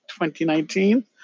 2019